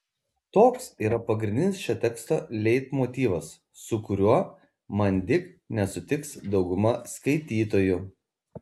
toks yra pagrindinis šio teksto leitmotyvas su kuriuo manding nesutiks dauguma skaitytojų